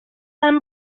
and